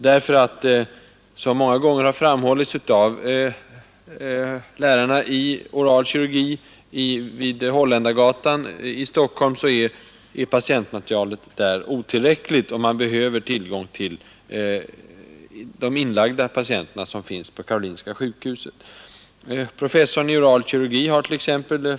Såsom många gånger har framhållits av lärarna i oral kirurgi vid tandläkarhögskolan på Holländargatan i Stockholm är patientantalet där otillräckligt, och man behöver därför få tillgång till de patienter som finns inlagda på Karolinska sjukhuset. Professorn i oral kirurgi hart.ex.